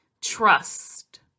trust